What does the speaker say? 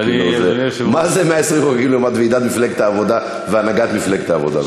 מה זה 120 לעומת ועידת מפלגת העבודה והנהגת מפלגת העבודה?